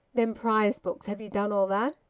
them prize books have ye done all that?